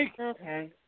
Okay